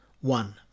one